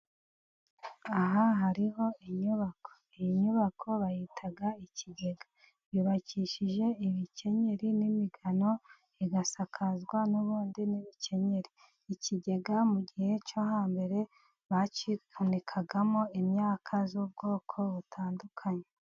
Aha hariho inyubako. Iyi nyubako bayitaga ikigega. Yubakishije ibikenyeri n'imigano, igasakazwa n'ubundi n'ibikenyeri. Ikigega mu gihe cyo hambere, bagihunikagamo imyaka y'ubwoko butandukanye.